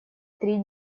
три